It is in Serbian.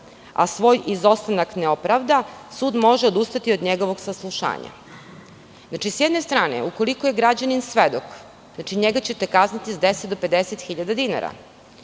a svoj izostanak ne opravda, sud može odustati od njegovog saslušanja? S jedne strane, ukoliko je građanin svedok, znači, njega ćete kazniti sa 10 do 50.000 dinara,